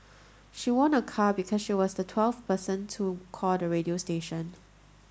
she won a car because she was the twelfth person to call the radio station